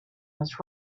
was